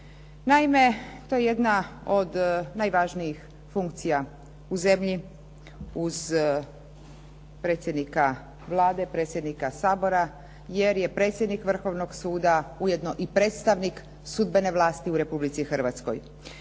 Naime, to je jedna od najvažnijih funkcija u zemlji uz predsjednika Vlade, predsjednika Sabora, jer je predsjednik Vrhovnog suda ujedno i predstavnik sudbene vlasti u Republici Hrvatskoj.